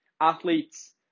Athletes